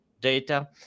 data